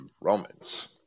Romans